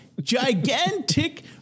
gigantic